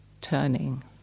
turning